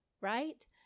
right